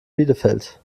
bielefeld